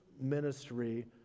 ministry